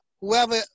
Whoever